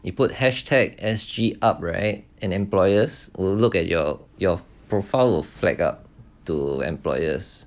you put hashtag S_G_U_P right and employers will look at your your profile will flag up to employers